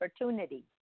opportunity